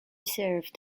served